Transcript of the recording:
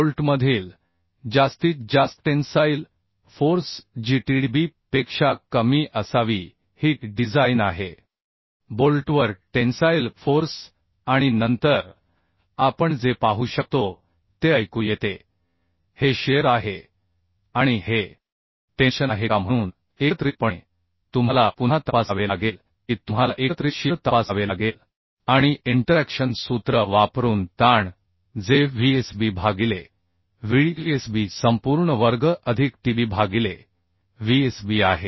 बोल्टमधील जास्तीत जास्तटेन्साईल फोर्स जीTdb पेक्षा कमी असावी ही डिझाइन आहे बोल्टवर टेन्साइल फोर्स आणि नंतर आपण जे पाहू शकतो ते ऐकू येते हे शिअर आहे आणि हे टेन्शन आहे का म्हणून एकत्रितपणे तुम्हाला पुन्हा तपासावे लागेल की तुम्हाला एकत्रित शिअर तपासावे लागेल आणि इंटरॅक्शन सूत्र वापरून ताण जे Vsb भागिले Vdsb संपूर्ण वर्ग अधिक Tb भागिले Vsb आहे